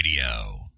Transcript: Radio